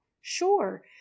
Sure